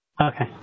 Okay